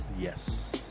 Yes